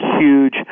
huge